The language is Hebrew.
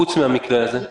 חוץ מהמקרה הזה?